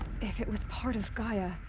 if it was part of gaia.